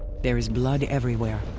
there is blood everywhere.